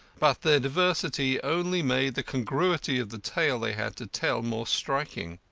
but their diversity only made the congruity of the tale they had to tell more striking.